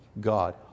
God